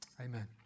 Amen